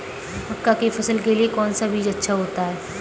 मक्का की फसल के लिए कौन सा बीज अच्छा होता है?